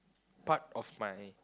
part of my